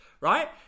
right